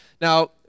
Now